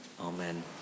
Amen